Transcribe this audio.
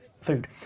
food